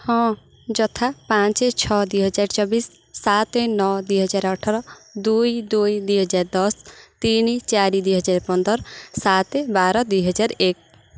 ହଁ ଯଥା ପାଞ୍ଚ ଛଅ ଦୁଇ ହଜାର ଚବିଶ ସାତେ ନଅ ଦୁଇ ହଜାର ଅଠର ଦୁଇ ଦୁଇ ଦୁଇ ହଜାର ଦଶ ତିନି ଚାରି ଦୁଇ ହଜାର ପନ୍ଦର ସାତ ବାର ଦୁଇ ହଜାର ଏକ